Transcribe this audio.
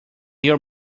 your